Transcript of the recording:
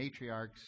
matriarchs